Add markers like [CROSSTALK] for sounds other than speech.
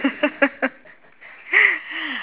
[LAUGHS]